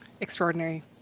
Extraordinary